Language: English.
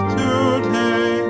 today